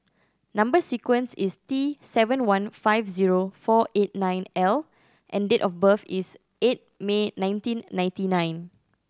number sequence is T seven one five zero four eight nine L and date of birth is eight May nineteen ninety nine